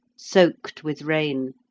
soaked with rain,